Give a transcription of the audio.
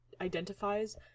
identifies